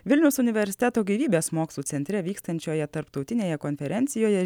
vilniaus universiteto gyvybės mokslų centre vykstančioje tarptautinėje konferencijoje